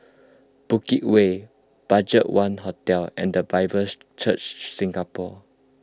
Bukit Way Budgetone Hotel and the Bible Church Singapore